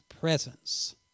presence